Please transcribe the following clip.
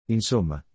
Insomma